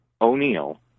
O'Neill